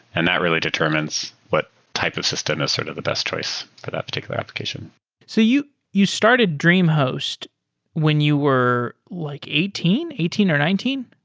and that really determines what type of system is sort of the best choice for that particular application so you you started dreamhost when you were like eighteen? eighteen or nineteen?